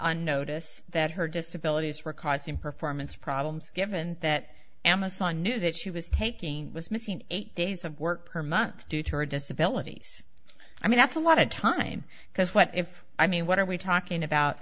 on notice that her disability for causing performance problems given that amazon knew that she was taking was missing eight days of work per month due to her disability i mean that's a lot of time because what if i mean what are we talking about